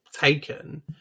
taken